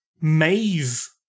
maze